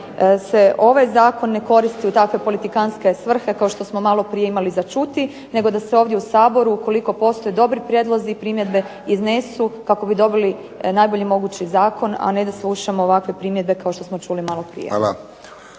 se ovaj zakon ne koristi u takve politikantske svrhe kao što smo malo prije imali čuti nego da se ovdje u Saboru ukoliko postoje dobri prijedlozi i primjedbe iznesu kako bi dobili najbolji mogući zakon, a ne da bi slušali ovakve primjedbe kao što smo čuli malo prije.